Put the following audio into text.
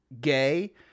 gay